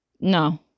No